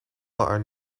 are